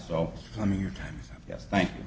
so i mean your time yes thank